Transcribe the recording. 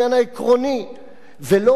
ולא מטעמים של "חשש שמא"